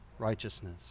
Righteousness